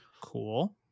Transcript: cool